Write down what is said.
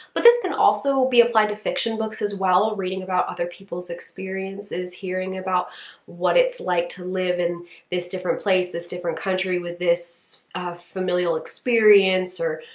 but this can also be applied to fiction books as well. reading about other people's experiences, hearing about what it's like to live in this different place, this different country with this familial experience or.